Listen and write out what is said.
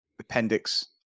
appendix